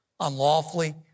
unlawfully